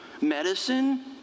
Medicine